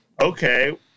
okay